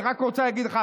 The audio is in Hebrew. אני רק רוצה להגיד לך,